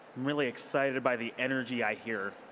really excited by the energy i hear.